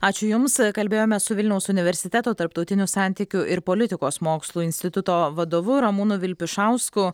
ačiū jums kalbėjome su vilniaus universiteto tarptautinių santykių ir politikos mokslų instituto vadovu ramūnu vilpišausku